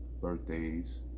birthdays